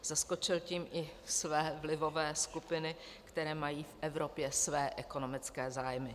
Zaskočil tím i své vlivové skupiny, které mají v Evropě své ekonomické zájmy.